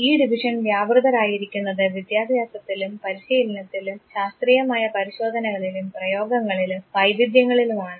ഈ ഡിവിഷൻ വ്യാപൃതമായിരിക്കുന്നത് വിദ്യാഭ്യാസത്തിലും പരിശീലനത്തിലും ശാസ്ത്രീയമായ പരിശോധനകളിലും പ്രയോഗങ്ങളിലും വൈവിധ്യങ്ങളിലുമാണ്